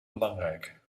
belangrijk